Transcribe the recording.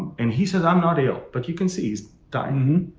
and he says i'm not ill, but you can see he's dying.